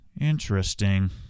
Interesting